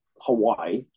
Hawaii